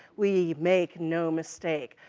we make no mistake,